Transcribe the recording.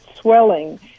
swelling